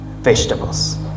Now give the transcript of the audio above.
vegetables